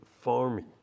farming